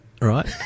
Right